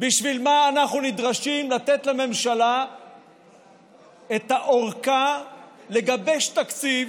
בשביל מה אנחנו נדרשים לתת לממשלה את הארכה לגבש תקציב